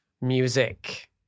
music